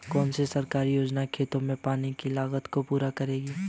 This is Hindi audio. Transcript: कौन सी सरकारी योजना खेतों के पानी की लागत को पूरा करेगी?